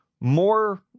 More